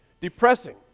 depressing